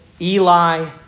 Eli